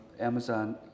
Amazon